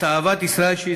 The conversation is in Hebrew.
את אהבת ישראל שלו,